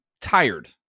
tired